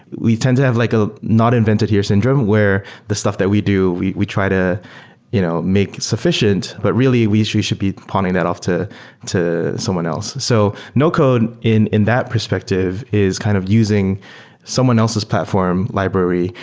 we tend to have like a not invented here syndrome, where the stuff that we do, we we try to you know make suffi cient. but really we should be pawning that off to to someone else. so no-code in in that perspective is kind of using someone else's platform library.